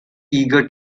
eager